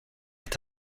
est